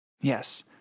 Yes